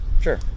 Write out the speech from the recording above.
Sure